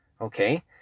okay